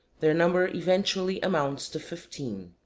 their number eventually amounts to fifteen.